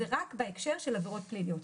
זה רק בהקשר של עבירות פליליות.